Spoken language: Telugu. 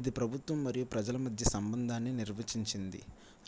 ఇది ప్రభుత్వం మరియు ప్రజల మధ్య సంబంధాన్ని నిర్వచించింది